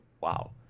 Wow